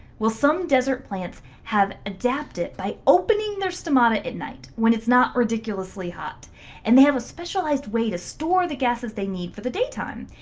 well some desert plants have adapted by opening stomata at night when it's not ridiculously hot and they have a specialized way to store the gases they need for the daytime.